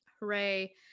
hooray